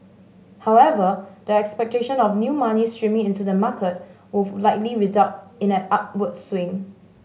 however the expectation of new money streaming into the market with likely result in an upward swing